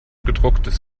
gedrucktes